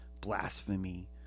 blasphemy